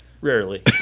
Rarely